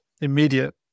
immediate